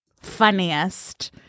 funniest